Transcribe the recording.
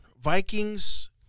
Vikings